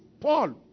Paul